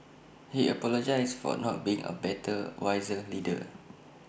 he apologised for not being A better wiser leader